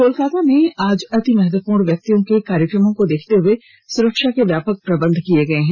कोलकाता में आज अति महत्वपूर्ण व्यक्तियों के कार्यक्रमों को देखते हुए सुरक्षा के व्यापक प्रबंध किए गए हैं